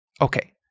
Okay